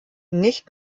nicht